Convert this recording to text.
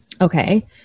Okay